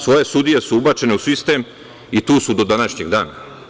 Svoje sudije su ubacili u sistem i tu su do današnjeg dana.